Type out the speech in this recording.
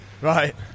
right